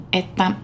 että